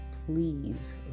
Please